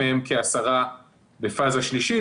מהם כ-10 בפאה שלישית.